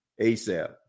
ASAP